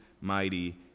mighty